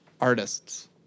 artists